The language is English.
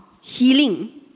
healing